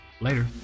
Later